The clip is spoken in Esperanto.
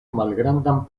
malgrandan